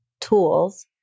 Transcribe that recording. tools